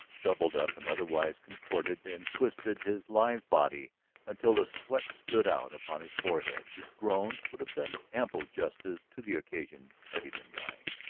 doubled up and otherwise contorted and twisted his lithe body until the sweat stood out upon his forehead. his groans would have done ample justice to the occasion had he been dying.